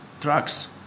trucks